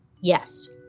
Yes